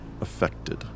affected